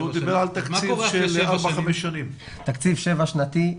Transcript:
תקציב שבע שנתי,